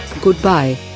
Goodbye